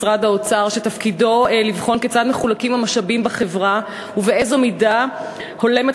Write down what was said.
שתפקידו לבחון כיצד מחולקים המשאבים בחברה ובאיזו מידה הולמת